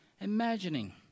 imagining